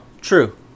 True